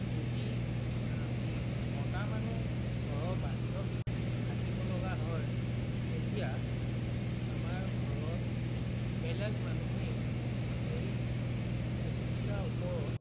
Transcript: যদি আমি মতা মানুহ ঘৰৰ বাহিৰত থাকিব লগা হয় তেতিয়া আমাৰ ঘৰৰ বেলেগ মানুহেই সেই পশুকেইটাৰ ওপৰত